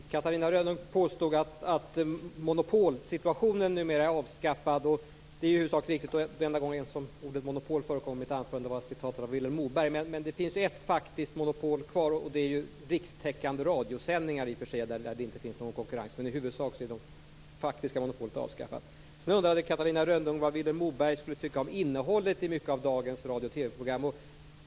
Fru talman! Catarina Rönnung påstod att monopolsituationen numera är avskaffad, och det är i huvudsak riktigt. Den enda gången som ordet monopol förekom i mitt anförande var i citatet av Vilhelm Moberg. Det finns ju ett faktiskt monopol kvar och det är rikstäckande radiosändningar där det inte finns någon konkurrens. Men i huvudsak är det faktiska monopolet avskaffat. Moberg skulle tycka om innehållet i många av dagens radio och TV-program.